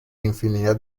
infinidad